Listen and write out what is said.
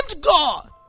God